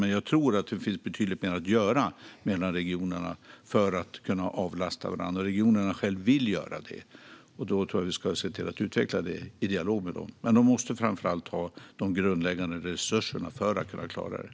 Men jag tror att det finns betydligt mer att göra mellan regionerna för att de ska kunna avlasta varandra. Regionerna själva vill göra det, och då tror jag att vi ska se till att utveckla detta i dialog med dem. Men framför allt måste de ha de grundläggande resurserna för att kunna klara det.